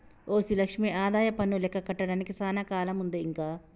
OC Lakshmi ఆదాయపన్ను లెక్క కట్టడానికి సానా కాలముందే ఇంక